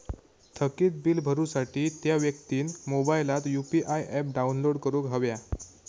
थकीत बील भरुसाठी त्या व्यक्तिन मोबाईलात यु.पी.आय ऍप डाउनलोड करूक हव्या